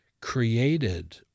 created